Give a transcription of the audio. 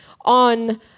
on